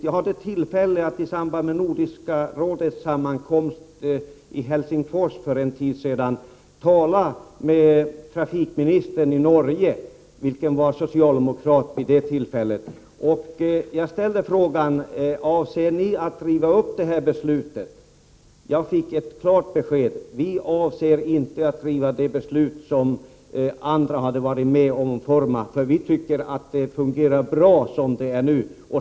Jag hade i samband med Nordiska rådets sammankomst i Helsingfors för en tid sedan tillfälle att tala med trafikministern i Norge, som var socialdemokrat. Jag ställde frågan: Avser ni att riva upp det här beslutet? Jag fick ett klart besked: Vi avser inte att riva upp det beslut som andra varit med om att utforma — vi tycker att det fungerar bra som det är nu.